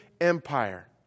empire